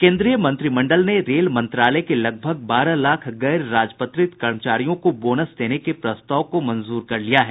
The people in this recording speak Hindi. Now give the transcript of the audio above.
केन्द्रीय मंत्रिमंडल ने रेल मंत्रालय के करीब बारह लाख गैर राजपत्रित कर्मचारियों को बोनस देने का प्रस्ताव मंजूर कर लिया है